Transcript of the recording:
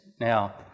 Now